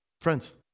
Friends